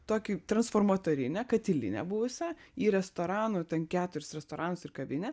tokį transformatorinę katilinę buvusią į restoranų ten keturis restoranus ir kavinę